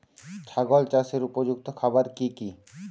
ছাগল চাষের উপযুক্ত খাবার কি কি?